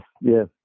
yes